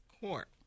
court